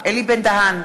אלי בן-דהן,